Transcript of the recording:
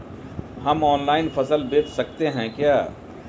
हम ऑनलाइन फसल बेच सकते हैं क्या?